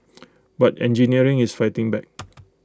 but engineering is fighting back